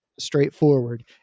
straightforward